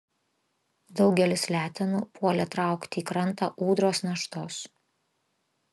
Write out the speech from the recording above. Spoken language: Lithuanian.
daugelis letenų puolė traukti į krantą ūdros naštos